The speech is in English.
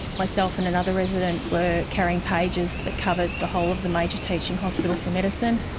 myself and another resident were carrying pagers that covered the whole of the major teaching hospital for medicine.